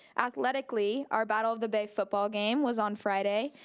athletically, our battle of the bay football game was on friday,